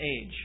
age